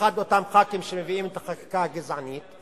במיוחד אותם ח"כים שמביאים את החקיקה הגזענית.